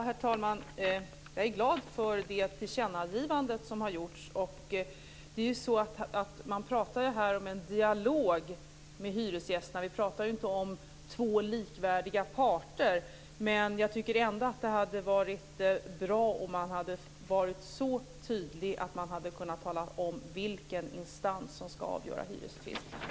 Herr talman! Jag är glad för det tillkännagivande som har gjorts. Man talar här om en dialog med hyresgästerna men inte om två likvärdiga parter. Jag tycker ändå att det hade varit bra om man hade varit så tydlig att man hade talat om vilken instans som skall avgöra en hyrestvist.